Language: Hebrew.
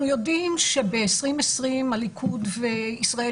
אנחנו יודעים שב-2020 הליכוד וישראל